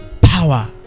power